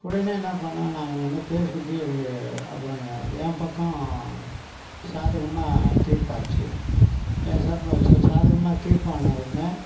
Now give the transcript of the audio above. உடனே என்ன பண்ணோம் நாங்கள் முன்ன கேஸ் கொடுத்து எனக்கு அப்புறம் என் பக்கம் சாதகமாக தீர்ப்பாச்சு என் சார்பாக சாதகமாக தீர்ப்பான உடனே